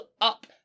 up